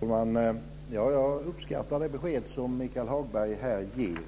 Fru talman! Jag uppskattar det besked som Michael Hagberg här ger.